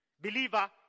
Believer